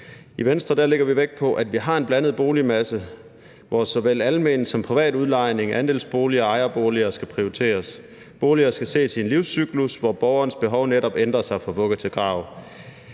I Venstre lægger vi vægt på, at vi har en blandet boligmasse, hvor såvel almen som privat udlejning, andelsboliger og ejerboliger skal prioriteres. Boliger skal ses i en livscyklus, hvor borgerens behov netop ændrer sig fra vugge til grav.